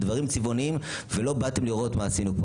בדברים צבעוניים ולא באתם לראות מה עשינו פה.